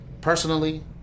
personally